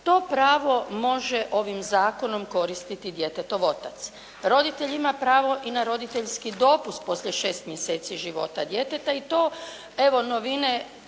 To pravo može ovim zakonom koristiti djetetov otac. Roditelj ima pravo i na roditeljski dopust poslije 6 mjeseci života djeteta i to, evo novine